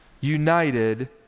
united